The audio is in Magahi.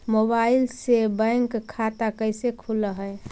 मोबाईल से बैक खाता कैसे खुल है?